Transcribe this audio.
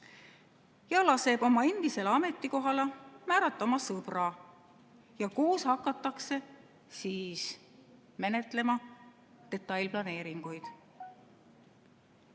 ja laseb oma endisele ametikohale määrata oma sõbra, kellega koos hakatakse siis menetlema detailplaneeringuid.